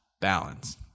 balance